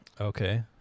Okay